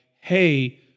hey